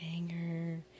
Banger